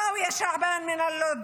רואייה שעבאן מלוד,